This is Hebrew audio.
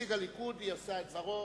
נציג הליכוד יישא את דברו.